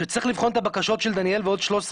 שצריך לבחון את הבקשות של דניאל ועוד שלוש עשר